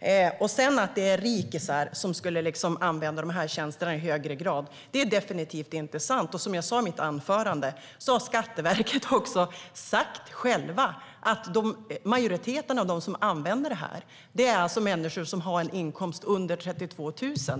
Det är definitivt inte sant att det skulle vara rikisar som använder de här tjänsterna i högre grad. Som jag sa i mitt anförande har Skatteverket självt sagt att majoriteten av de som använder tjänsterna är människor som har en inkomst under 32 000.